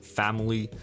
family